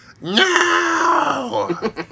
No